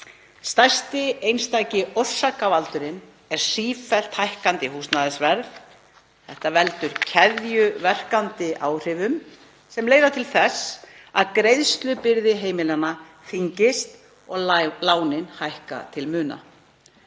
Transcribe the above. Stærsti einstaki orsakavaldurinn er sífellt hækkandi húsnæðisverð. Þetta veldur keðjuverkandi áhrifum sem leiða til þess að greiðslubyrði heimilanna þyngist og lánin hækka til muna.“